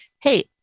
hey